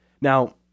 Now